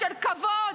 של כבוד.